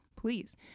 please